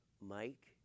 Mike